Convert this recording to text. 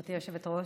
גברתי היושבת-ראש,